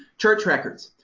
church records.